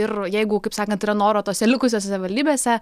ir jeigu kaip sakant yra noro tose likusiose savivaldybėse